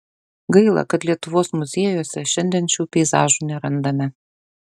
gaila kad lietuvos muziejuose šiandien šių peizažų nerandame